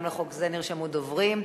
גם לחוק זה נרשמו דוברים.